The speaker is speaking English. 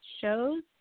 shows